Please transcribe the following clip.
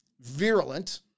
virulent